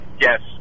yes